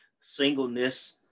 singleness